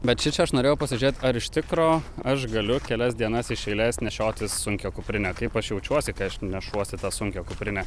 bet šičia aš norėjau pasižiūrėt ar iš tikro aš galiu kelias dienas iš eilės nešiotis sunkią kuprinę kaip aš jaučiuosi kai aš nešuosi tą sunkią kuprinę